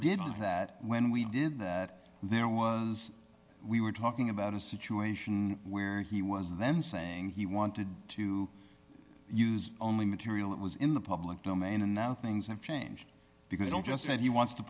i that when we did that there was we were talking about a situation where he was then saying he wanted to use only material that was in the public domain and now things have changed because i don't just said he wants to